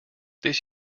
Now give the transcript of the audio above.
this